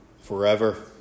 forever